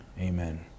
amen